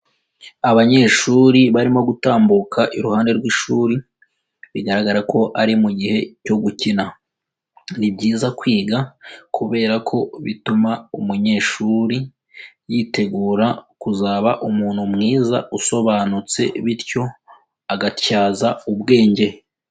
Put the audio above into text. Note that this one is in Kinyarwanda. Abanyeshuri barimo gutambuka iruhande rw'ishuri, bigaragara ko ari mu gihe cyo gukina. Ni byiza kwiga kubera ko bituma umunyeshuri yitegura kuzaba umuntu mwiza usobanutse bityo agatyaza ubwenge.